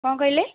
କ'ଣ କହିଲେ